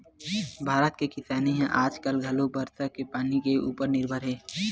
भारत के किसानी ह आज घलो बरसा के पानी के उपर निरभर हे